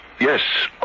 Yes